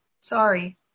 Sorry